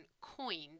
coined